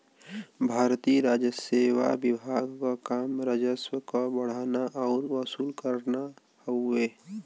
भारतीय राजसेवा विभाग क काम राजस्व क बढ़ाना आउर वसूल करना हउवे